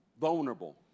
Vulnerable